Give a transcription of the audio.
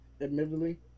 Admittedly